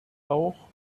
auch